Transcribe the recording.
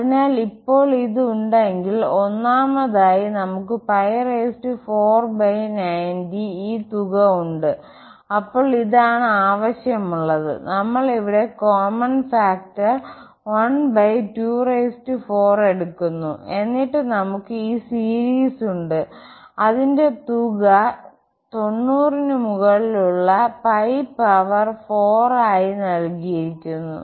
അതിനാൽ ഇപ്പോൾ ഇത് ഉണ്ടെങ്കിൽ ഒന്നാമതായി നമുക്ക് 4 90ഈ തുക ഉണ്ട് അപ്പോൾ ഇതാണ് ആവശ്യമുള്ളത് നമ്മൾ ഇവിടെ കോമ്മൺ ഫാക്ടർ 124എടുക്കുന്നു എന്നിട്ട് നമുക്ക് ഈ സീരീസ് ഉണ്ട് അതിന്റെ തുക 90 ന് മുകളിലുള്ള പവർ 4 ആയി നൽകിയിരിക്കുന്നു